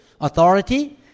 authority